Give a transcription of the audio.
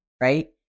right